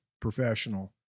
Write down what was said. professional